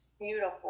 Beautiful